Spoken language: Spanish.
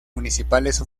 municipales